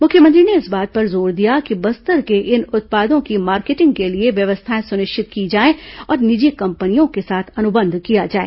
मुख्यमंत्री ने इस बात पर जोर दिया कि बस्तर के इन उत्पादों की मार्केटिंग के लिए व्यवस्थाएं सुनिश्चित की जाए और निजी कंपनियों के साथ अनुबंध किया जाए